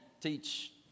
teach